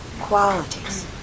qualities